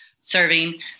serving